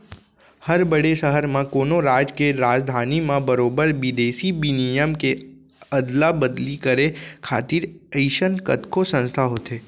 हर बड़े सहर म, कोनो राज के राजधानी म बरोबर बिदेसी बिनिमय के अदला बदली करे खातिर अइसन कतको संस्था होथे